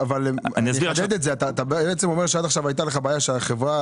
אתה אומר שעד עכשיו הייתה לך בעיה שהחברה